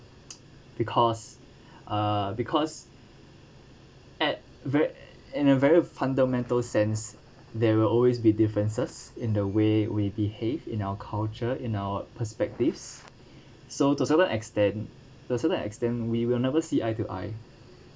because uh because at re~ in a very fundamental sense there will always be differences in the way we behave in our culture in our perspectives so to a certain extent to a certain extent we will never see eye to eye